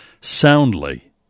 soundly